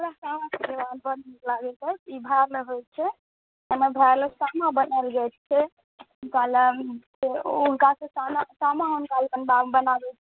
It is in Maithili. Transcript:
हमरा सामा चकेबा बड्ड नीक लागैए ई भाइलए होइ छै एहिमे भाइलए सामा बनाएल जाइ छै हुनकालए ओ हुनकासँ सामा हुनकालए बनाबै छी